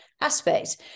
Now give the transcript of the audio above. aspects